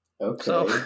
Okay